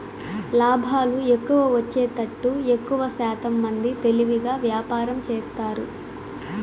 లాభాలు ఎక్కువ వచ్చేతట్టు ఎక్కువశాతం మంది తెలివిగా వ్యాపారం చేస్తారు